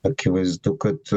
akivaizdu kad